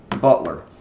Butler